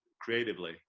creatively